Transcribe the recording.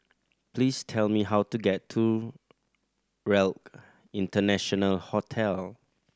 please tell me how to get to RELC International Hotel